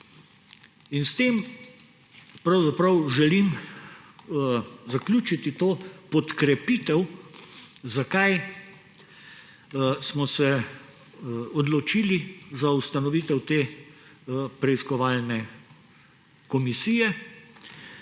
In s tem pravzaprav želim zaključiti to podkrepitev, zakaj smo se odločili za ustanovitev te preiskovalne komisije.